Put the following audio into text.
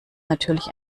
natürlich